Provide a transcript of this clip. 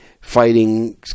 fighting